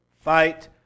fight